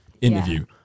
interview